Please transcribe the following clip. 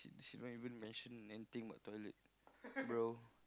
she never even anything mention anything but toilet bro